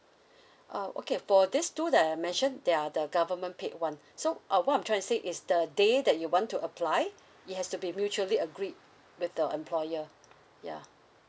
uh okay for these two that I mentioned they are the government paid one so uh what I'm trying say is the day that you want to apply it has to be mutually agreed with the employer ya